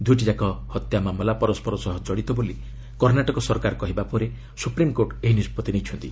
ଦୁଇଟିଯାକ ହତ୍ୟା ମାମଲା ପରସ୍କର ସହ ଜଡ଼ିତ ବୋଲି କର୍ଣ୍ଣାଟକ ସରକାର କହିବା ପରେ ସୁପ୍ରିମ୍କୋର୍ଟ ଏହି ନିଷ୍ପଭି ନେଇଛନ୍ତି